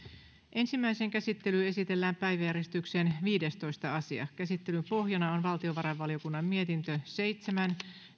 ensimmäiseen käsittelyyn esitellään päiväjärjestyksen viidestoista asia käsittelyn pohjana on valtiovarainvaliokunnan mietintö seitsemän